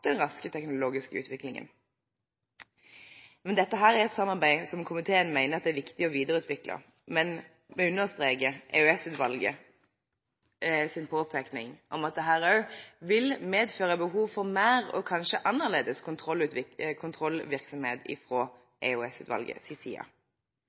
den raske teknologiske utviklingen. Dette er et samarbeid som komiteen mener det er viktig å videreutvikle, men understreker EOS-utvalgets påpekning av at dette også vil medføre behov for mer og kanskje annerledes kontrollvirksomhet